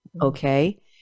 Okay